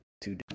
two